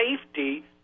safety